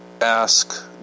ask